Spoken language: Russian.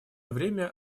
время